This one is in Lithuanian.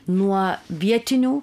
nuo vietinių